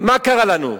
מה קרה לנו?